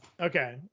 Okay